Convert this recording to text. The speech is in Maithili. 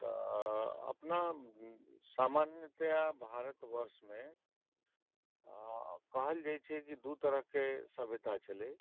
तऽ अपना सामान्यतया भारतवर्षमे कहल जाइ छै कि दू तरहके सभ्यता छलै